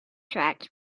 tracks